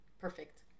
perfect